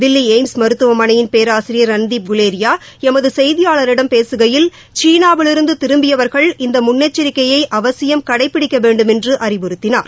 Delhi AIIMS மருத்துவமனையின் பேராசிரியர் ரன்தீப் குலேரியா எமது செய்தியாளரிடம் பேசுகையில் சீனாவிலிருந்து திரும்பியவர்கள் இந்த முன்னெச்சரிக்கையை அவசியம் கடைபிடிக்க வேண்டும் என்று அறிவுறுத்தினார்